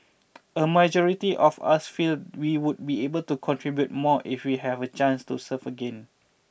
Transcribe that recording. a majority of us feel we would be able to contribute more if we have a chance to serve again